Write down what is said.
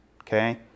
Okay